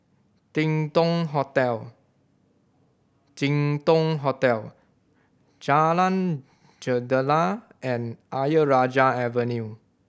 Jin Dong Hotel Jin Dong Hotel Jalan Jendela and Ayer Rajah Avenue